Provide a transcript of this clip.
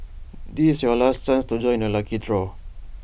this is your last chance to join the lucky draw